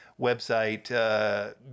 website